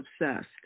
obsessed